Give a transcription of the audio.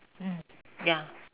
mm ya